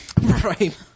Right